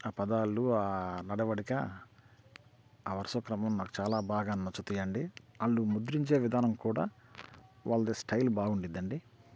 ఆ పదాలు ఆ నడవడిక ఆ వరుస క్రమం నాకు చాలా బాగా నచ్చుతాయండి వాళ్ళు ముద్రించే విధానం కూడా వాళ్ళ స్టైల్ బాగుండిద్ది అండి